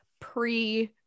pre-